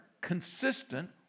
consistent